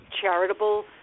charitable